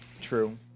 True